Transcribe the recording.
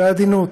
בעדינות.